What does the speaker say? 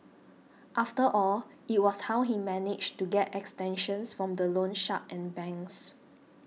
after all it was how he managed to get extensions from the loan shark and banks